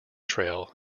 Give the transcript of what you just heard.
trail